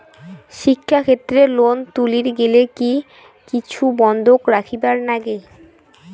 শিক্ষাক্ষেত্রে লোন তুলির গেলে কি কিছু বন্ধক রাখিবার লাগে?